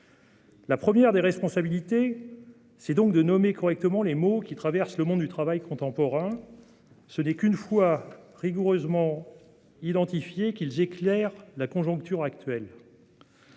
La première des responsabilités, c'est donc de nommer correctement les maux qui traversent le monde du travail contemporain. Ce n'est qu'une fois rigoureusement identifiés qu'ils éclaireront la conjoncture actuelle.